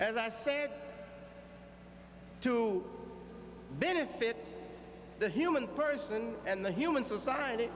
as i say to benefit the human person and the human society